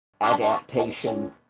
adaptation